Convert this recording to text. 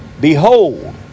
Behold